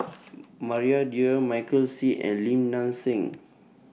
Maria Dyer Michael Seet and Lim Nang Seng